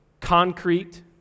Concrete